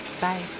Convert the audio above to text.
Bye